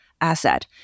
asset